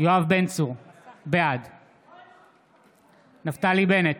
יואב בן צור, בעד נפתלי בנט,